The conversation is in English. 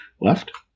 left